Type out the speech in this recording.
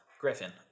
Griffin